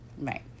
Right